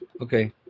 Okay